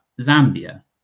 Zambia